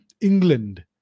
England